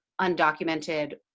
undocumented